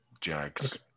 Jags